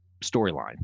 storyline